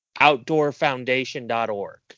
outdoorfoundation.org